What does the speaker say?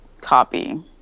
copy